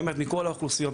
באמת מכל האוכלוסיות,